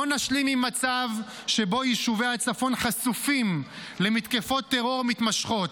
לא נשלים עם מצב שבו יישובי הצפון חשופים למתקפות טרור מתמשכות.